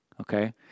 Okay